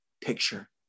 picture